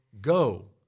go